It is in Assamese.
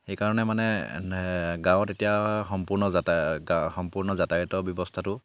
সেইকাৰণে মানে গাঁৱত এতিয়া সম্পূৰ্ণ যাতায়তৰ সম্পূৰ্ণ যাতায়তৰ ব্যৱস্থাটো